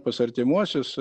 pas artimuosius